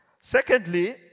Secondly